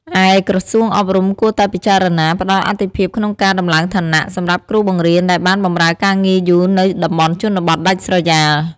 ឯក្រសួងអប់រំគួរតែពិចារណា ផ្តល់អាទិភាពក្នុងការដំឡើងឋានៈ សម្រាប់គ្រូបង្រៀនដែលបានបម្រើការងារយូរនៅតំបន់ជនបទដាច់ស្រយាល។